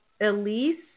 Elise